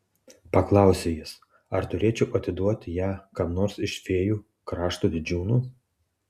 paklausė jis ar turėčiau atiduoti ją kam nors iš fėjų krašto didžiūnų